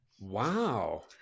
Wow